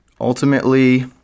ultimately